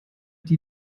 die